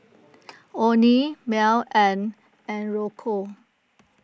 Onie Mell and Anrico